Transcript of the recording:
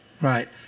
Right